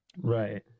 right